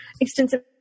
extensive